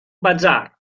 bazar